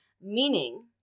meaning